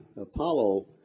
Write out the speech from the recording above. Apollo